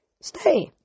stay